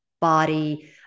body